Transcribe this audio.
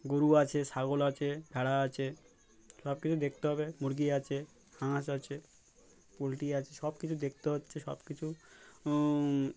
গরু আছে ছাগল আছে ভেড়া আছে সব কিছু দেখতে হবে মুরগি আছে হাঁস আছে পোলট্রি আছে সব কিছু দেখতে হচ্ছে সব কিছু